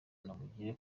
kanamugire